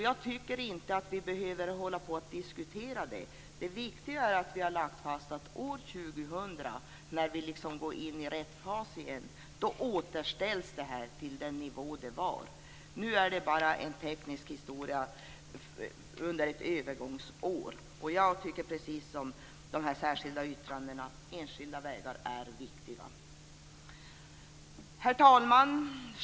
Jag tycker inte att vi behöver diskutera det. Det viktiga är att vi har lagt fast att 2000, när vi går in i rätt fas igen, då återställs anslaget till den nivå som det var från början. Nu rör det sig bara om en teknisk historia under ett övergångsår. Jag instämmer helt i de enskilda yttrandena: Enskilda vägar är viktiga. Herr talman!